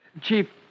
Chief